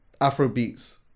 Afrobeats